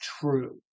true